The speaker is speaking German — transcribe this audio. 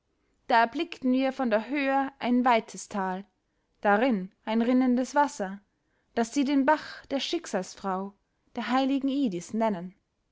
da erblickten wir von der höhe ein weites tal darin ein rinnendes wasser das sie den bach der schicksalsfrau der heiligen idis nennen